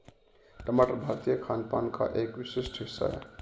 टमाटर भारतीय खानपान का एक विशिष्ट हिस्सा है